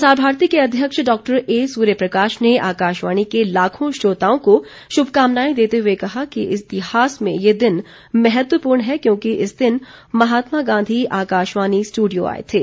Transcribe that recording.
प्रसार भारती के अध्यक्ष डॉक्टर ए सूर्यप्रकाश ने आकाशवाणी के लाखों श्रोताओं को शुभकामनाएं देते हुए कहा है कि इतिहास में ये दिन महत्वपूर्ण है क्योंकि इस दिन महात्मा गांधी आकाशवाणी स्ट्रंडियो आए थे